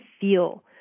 feel